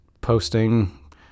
posting